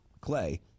Clay